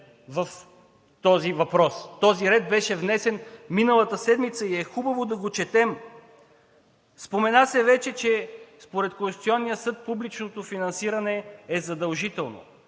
в този въпрос. Този ред беше внесен миналата седмица и е хубаво да го четем. Спомена се вече, че според Конституционния съд публичното финансиране е задължително.